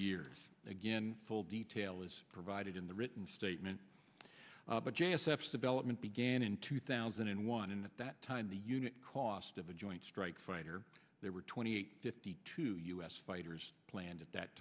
years again full detail as provided in the written statement but j s f development began in two thousand and one and at that time the unit cost of a joint strike fighter there were twenty eight fifty two u s fighters planned at that